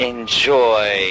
Enjoy